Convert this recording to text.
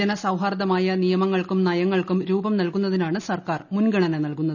ജനസൌഹാർദ്ദമായ നിയമങ്ങൾക്കും നയങ്ങൾക്കും രൂപം നൽകുന്നതിനാണ് സർ ക്കാർ മുൻഗണന നൽകുന്നത്